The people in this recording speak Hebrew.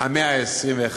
המאה ה-21,